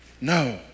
no